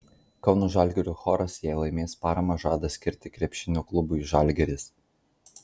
kauno žalgirio choras jei laimės paramą žada skirti krepšinio klubui žalgiris